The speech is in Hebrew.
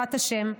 בעזרת השם,